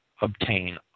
obtain